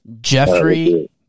Jeffrey